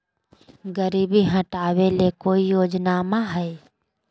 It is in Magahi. गरीबी हटबे ले कोई योजनामा हय?